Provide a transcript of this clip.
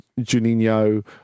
Juninho